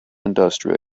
industrial